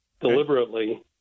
deliberately